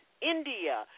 india